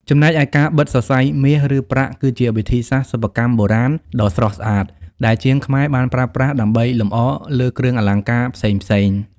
ចំំណែកឯការបិតសរសៃមាស ឬ ប្រាក់គឺជាវិធីសាស្ត្រសិប្បកម្មបុរាណដ៏ស្រស់ស្អាតដែលជាងខ្មែរបានប្រើប្រាស់ដើម្បីលម្អលើគ្រឿងអលង្ការផ្សេងៗ។